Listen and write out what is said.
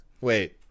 Wait